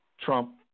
Trump